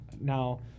Now